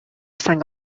sang